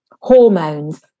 hormones